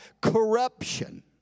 corruption